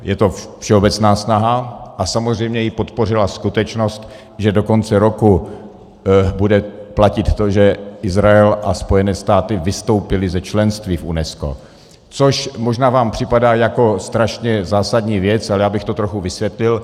Je to všeobecná snaha a samozřejmě ji podpořila skutečnost, že do konce roku bude platit to, že Izrael a Spojené státy vystoupily ze členství v UNESCO, což možná vám připadá jako strašně zásadní věc, ale já bych to trochu vysvětlil.